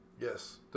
Yes